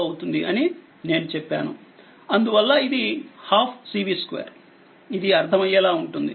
అందువల్లఇది12 CV2 ఇది అర్థమయ్యేలా ఉంటుంది